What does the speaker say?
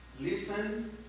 Listen